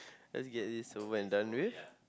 lets get this over and done with